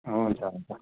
हुन्छ हुन्छ